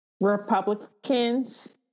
Republicans